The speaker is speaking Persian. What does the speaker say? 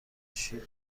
شیر